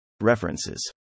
References